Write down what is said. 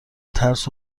ترس